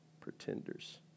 pretenders